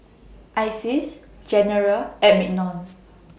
Isis General and Mignon